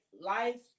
life